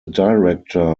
director